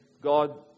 God